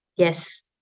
Yes